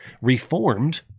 reformed